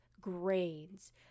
grains